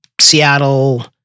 Seattle